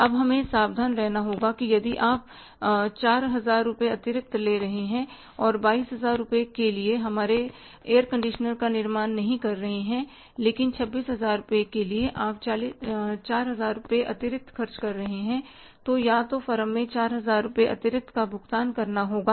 अब हमें सावधान रहना होगा कि यदि आप 4000 रुपये अतिरिक्त ले रहे हैं और 22000 रुपये के लिए हमारे एयर कंडीशनर का निर्माण नहीं कर रहे हैं लेकिन 26000 रुपये के लिए आप 4000 रुपये अतिरिक्त खर्च कर रहे हैं तो या तो फर्म में 4000 रुपये अतिरिक्त का भुगतान करना होगा